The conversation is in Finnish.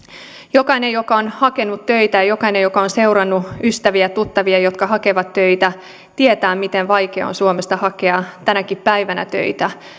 jokainen joka on hakenut töitä ja jokainen joka on seurannut ystäviä tuttavia jotka hakevat töitä tietää miten vaikeaa suomesta on hakea tänäkin päivänä töitä